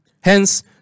Hence